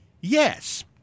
Yes